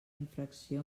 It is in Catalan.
infracció